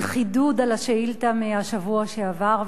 זה חידוד על השאילתא מהשבוע שעבר,